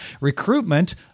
recruitment